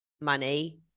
money